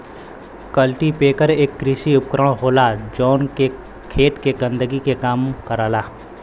cultipacker एक कृषि उपकरण होला जौन खेत के गंदगी के कम करला